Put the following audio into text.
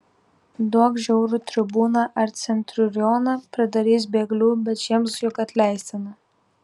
duok žiaurų tribūną ar centurioną pridarys bėglių bet šiems juk atleistina